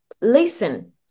listen